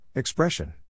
Expression